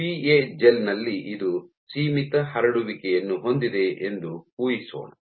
PA gel ನಲ್ಲಿ ಇದು ಸೀಮಿತ ಹರಡುವಿಕೆಯನ್ನು ಹೊಂದಿದೆ ಎಂದು ಊಹಿಸೋಣ